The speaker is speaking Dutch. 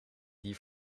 die